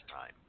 time